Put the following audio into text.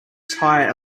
tie